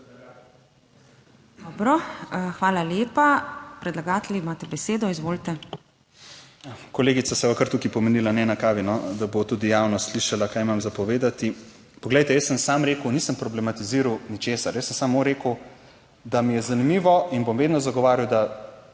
Dobro, hvala lepa. Predlagatelj, imate besedo, izvolite. ANDREJ HOIVIK (PS SDS): Kolegica, se bova kar tukaj pomenila ne na kavi, da bo tudi javnost slišala, kaj imam za povedati. Poglejte, jaz sem samo rekel, nisem problematiziral ničesar, jaz sem samo rekel, da mi je zanimivo in bom vedno zagovarjal, da